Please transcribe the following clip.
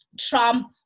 Trump